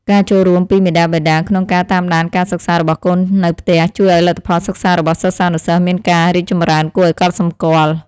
ការចូលរួមពីមាតាបិតាក្នុងការតាមដានការសិក្សារបស់កូននៅផ្ទះជួយឱ្យលទ្ធផលសិក្សារបស់សិស្សានុសិស្សមានការរីកចម្រើនគួរឱ្យកត់សម្គាល់។